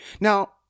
now